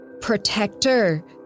protector